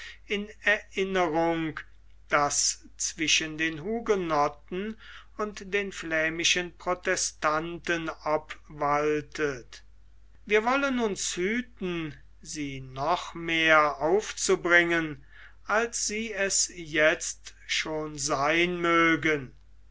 in erinnerung das zwischen den hugenotten und den flämischen protestanten obwaltet wir wollen uns hüten sie noch mehr aufzubringen als sie es jetzt schon sein mögen